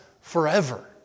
forever